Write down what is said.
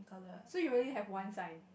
so you only have one sign